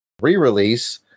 re-release